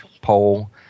poll